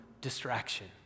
distraction